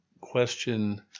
question